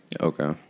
Okay